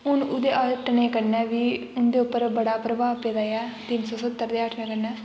हून उ'दे अपने कन्नै बी उं'दे उप्पर बड़ा प्रभाव पेदा ऐ तीन सौ सत्तर दे हट्टने कन्नै